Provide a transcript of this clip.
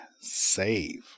Save